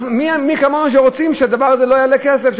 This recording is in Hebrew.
מי כמונו רוצים שהדבר הזה לא יעלה כסף,